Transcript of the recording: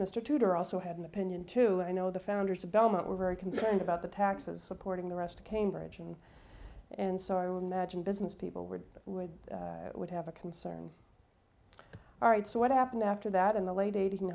mr tudor also had an opinion too you know the founders of belmont were very concerned about the taxes supporting the rest of cambridge and and so i would imagine business people would would would have a concern all right so what happened after that in the late eight